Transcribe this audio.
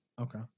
okay